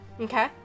Okay